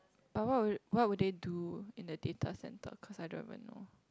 oh what will they do in the data centre cause I don't even know